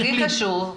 הכי חשוב זה